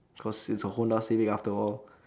cause it's a honda civic after all